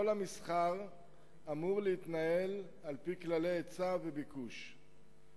כל המסחר אמור להתנהל על-פי כללי היצע וביקוש.